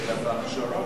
אלא בהכשרה,